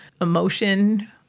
emotion